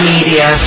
Media